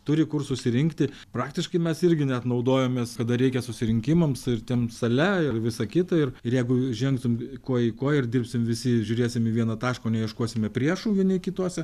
turi kur susirinkti praktiškai mes irgi net naudojamės kada reikia susirinkimams ir ten sale ir visa kita ir jeigu žengtum koja į koją ir dirbsim visi žiūrėsim į vieną tašką o neieškosime priešų vieni kituose